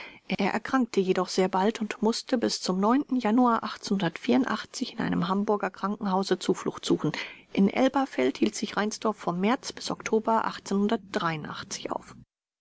er erkrankte jedoch sehr bald und mußte bis zum januar in einem hamburger krankenhause zuflucht suchen in elberfeld hielt sich reinsdorf vom märz bis oktober auf